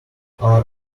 our